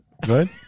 Good